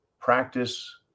Practice